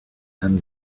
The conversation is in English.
and